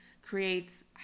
creates